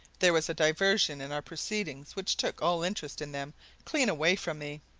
there was a diversion in our proceedings which took all interest in them clean away from me,